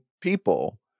people